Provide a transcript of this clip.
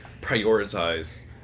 prioritize